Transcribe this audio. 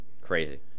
Crazy